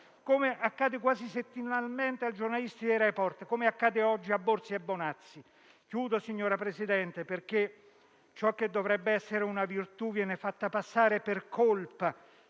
come accade, quasi settimanalmente, ai giornalisti di «Report», come accade oggi a Borzi e Bonazzi. Signor Presidente, in conclusione, ciò che dovrebbe essere una virtù viene fatto passare per colpa